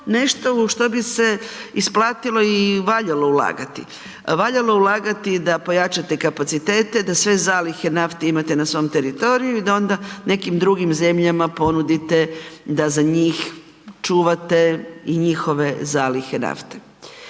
nešto u što bi se isplatilo i valjalo ulagati, valjalo ulagati da pojačate kapacitete, da sve zalihe nafte imate na svom teritoriju i da onda nekim drugim zemljama ponudite da za njih čuvate i njihove zalihe nafte.